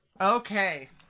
okay